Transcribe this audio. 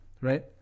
right